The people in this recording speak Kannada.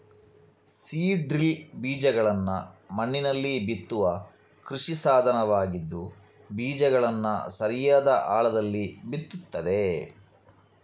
ಸೀಡ್ ಡ್ರಿಲ್ ಬೀಜಗಳನ್ನ ಮಣ್ಣಿನಲ್ಲಿ ಬಿತ್ತುವ ಕೃಷಿ ಸಾಧನವಾಗಿದ್ದು ಬೀಜಗಳನ್ನ ಸರಿಯಾದ ಆಳದಲ್ಲಿ ಬಿತ್ತುತ್ತದೆ